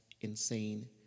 insane